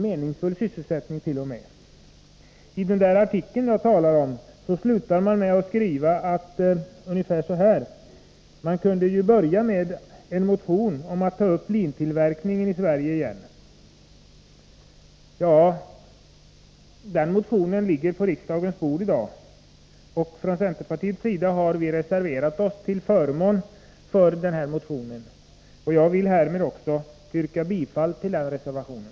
Den artikel jag talar om slutar med att man kunde börja med en motion om att lintillverkningen i Sverige skall tas upp igen. — Den motionen ligger på riksdagens bord i dag, och vi har från centerpartiets sida reserverat oss till förmån för den motionen. Jag vill härmed också yrka bifall till reservationen.